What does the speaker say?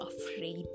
afraid